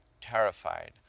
terrified